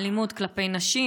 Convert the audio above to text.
אלימות כלפי נשים,